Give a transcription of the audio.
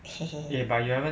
嘿嘿